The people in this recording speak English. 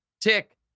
Tick